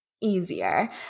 easier